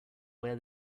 where